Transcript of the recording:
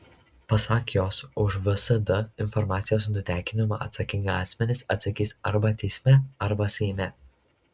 pasak jos už vsd informacijos nutekinimą atsakingi asmenys atsakys arba teisme arba seime